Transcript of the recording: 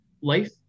life